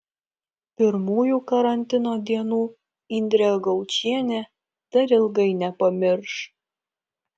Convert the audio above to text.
pirmųjų karantino dienų indrė gaučienė dar ilgai nepamirš